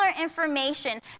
information